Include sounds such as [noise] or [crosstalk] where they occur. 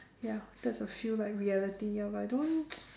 ya that's a few like reality ya but I don't [noise]